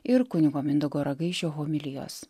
ir kunigo mindaugo ragaišio homilijos